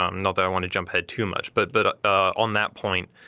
um not that i want to jump ahead too much but but ah on that point